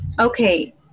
Okay